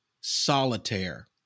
Solitaire